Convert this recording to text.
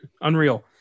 Unreal